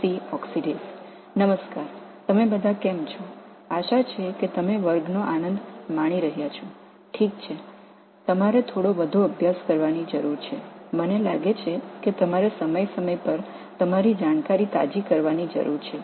சரி நீங்கள் இன்னும் கொஞ்சம் படிக்க வேண்டும் உங்களுக்குத் தெரிந்த குறிப்புகளை அவ்வப்போது புதுப்பிக்க வேண்டும் என்று நினைக்கிறேன்